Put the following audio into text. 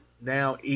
now